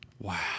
Wow